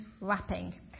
wrapping